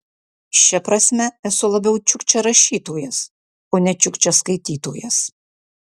šia prasme esu labiau čiukčia rašytojas o ne čiukčia skaitytojas